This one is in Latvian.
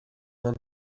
man